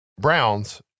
Browns